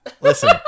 Listen